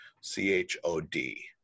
C-H-O-D